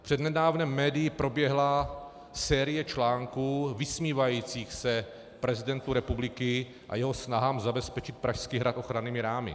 Přednedávnem v médiích proběhla série článků vysmívajících se prezidentu republiky a jeho snahám zabezpečit Pražský hrad ochrannými rámy.